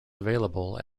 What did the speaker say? available